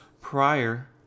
prior